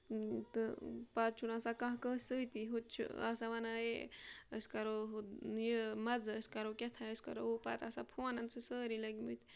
تہٕ پَتہٕ چھُنہٕ آسان کانٛہہ کٲنٛسہِ سۭتی ہوٚتہِ چھُ آسان وَنان ہے أسۍ کَرو ہُہ یہِ مَزٕ أسۍ کَرو کیٛاہ تام أسۍ کَرو ہُہ پَتہٕ آسان فونَن سۭتۍ سٲری لٔگۍ مٕتۍ